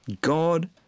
God